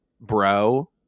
bro